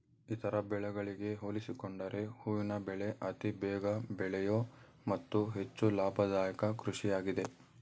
ಇತರ ಬೆಳೆಗಳಿಗೆ ಹೋಲಿಸಿಕೊಂಡರೆ ಹೂವಿನ ಬೆಳೆ ಅತಿ ಬೇಗ ಬೆಳೆಯೂ ಮತ್ತು ಹೆಚ್ಚು ಲಾಭದಾಯಕ ಕೃಷಿಯಾಗಿದೆ